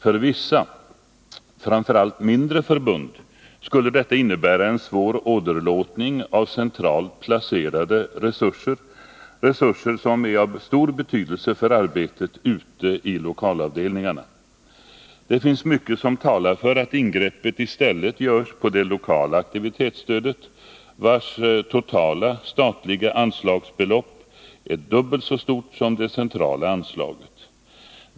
För vissa, framför allt mindre förbund skulle detta innebära en svår åderlåtning av centralt placerade resurser — resurser som är av stor betydelse för arbetet ute i lokalavdelningarna. Det finns mycket som talar för att ingreppet i stället görs på det lokala aktivitetsstödet, vars totala statliga anslagsbelopp är dubbelt så stort som det centrala anslaget.